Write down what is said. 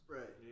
right